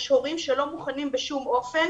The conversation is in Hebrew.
יש הורים שלא מוכנים בשום אופן